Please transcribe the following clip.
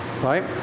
right